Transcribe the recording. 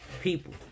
people